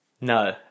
No